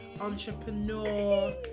entrepreneur